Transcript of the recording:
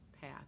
path